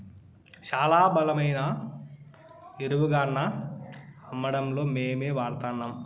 శానా బలమైన ఎరువుగాన్నా అమ్మడంలే మేమే వాడతాన్నం